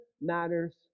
matters